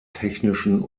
technischen